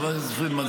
חברת הכנסת פרידמן,